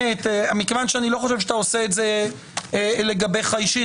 אני לא חושב שאתה עושה את זה לגביך אישית.